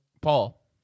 Paul